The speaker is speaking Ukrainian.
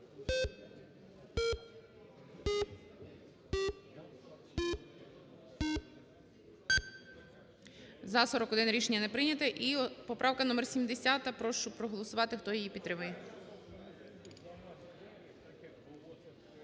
За-41 Рішення не прийнято. І поправка номер 70. Прошу проголосувати, хто її підтримує.